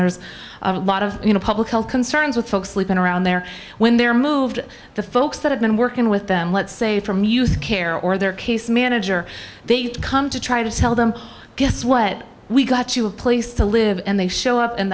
there's a lot of public health concerns with folks sleeping around there when they're moved the folks that have been working with them let's say from youth care or their case manager they've come to try to tell them guess what we got to a place to live and they show up